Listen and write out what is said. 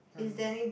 and